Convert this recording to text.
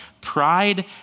Pride